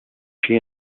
she